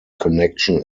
connection